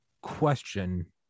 question